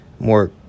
More